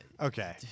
Okay